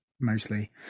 mostly